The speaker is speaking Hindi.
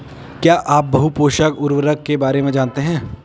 क्या आप बहुपोषक उर्वरक के बारे में जानते हैं?